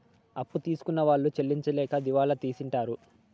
అప్పు తీసుకున్న వాళ్ళు చెల్లించలేక దివాళా తీసింటారు